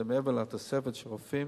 זה מעבר לתוספת של רופאים.